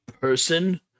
person